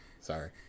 sorry